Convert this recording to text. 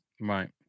Right